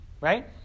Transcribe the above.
right